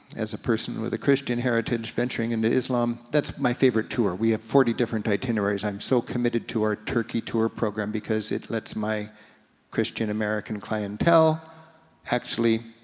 as a person with a christian heritage, venturing into islam, that's my favorite tour. we have forty different itineraries. i'm so committed to our turkey tour program because it lets my christian, american clientele actually